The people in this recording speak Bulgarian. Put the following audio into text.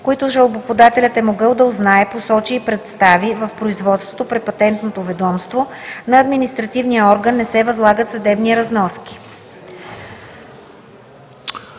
които жалбоподателят е могъл да узнае, посочи и представи в производството пред Патентното ведомство, на административния орган не се възлагат съдебни разноски.“